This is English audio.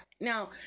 Now